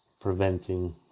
preventing